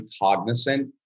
cognizant